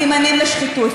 סימנים לשחיתות,